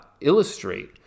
illustrate